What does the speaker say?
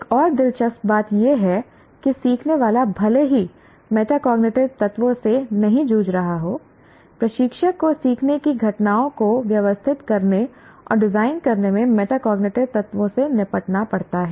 एक और दिलचस्प बात यह है कि सीखने वाला भले ही मेटाकॉग्निटिव तत्वों से नहीं जूझ रहा हो प्रशिक्षक को सीखने की घटनाओं को व्यवस्थित करने और डिजाइन करने में मेटाकॉग्निटिव तत्वों से निपटना पड़ता है